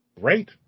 Great